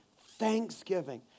Thanksgiving